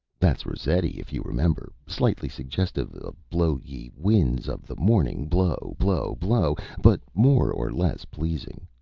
that's rossetti, if you remember. slightly suggestive of blow ye winds of the morning! blow! blow! blow but more or less pleasing.